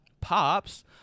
pops